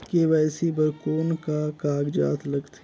KYC बर कौन का कागजात लगथे?